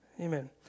Amen